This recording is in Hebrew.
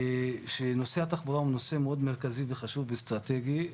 שנושא התחבורה הוא נושא מאוד מרכזי וחשוב ואסטרטגי.